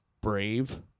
brave